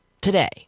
today